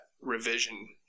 revision